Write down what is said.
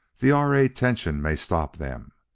the r. a. tension may stop them.